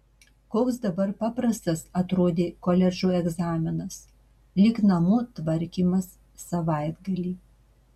koks dabar paprastas atrodė koledžo egzaminas lyg namų tvarkymas savaitgalį